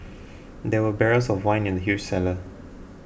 there were barrels of wine in the huge cellar